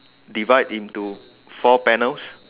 divide into four panels